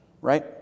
Right